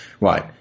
Right